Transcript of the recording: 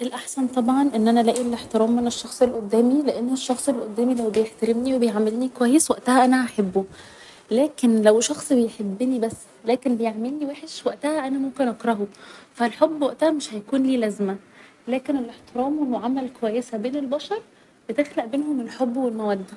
الأحسن طبعا أن أنا ألاقي الاحترام من الشخص اللي قدامي لان الشخص اللي قدامي لو بيحترمني و بيعاملني كويس وقتها أنا هحبه لكن لو شخص بيحبني بس لكن بيعاملني وحش وقتها أنا ممكن أكرهه فالحب وقتها مش هيكون ليه لازمة لكن الاحترام و المعاملة الكويسة بين البشر بتخلق بينهم الحب و المودة